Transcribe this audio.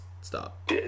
stop